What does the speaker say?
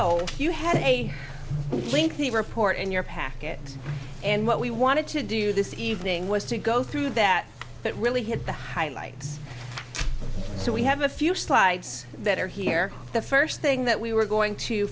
so you had a lengthy report in your package and what we wanted to do this evening was to go through that but really had the highlights so we have a few slides that are here the first thing that we were going to